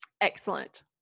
Excellent